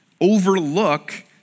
overlook